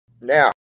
Now